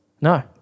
No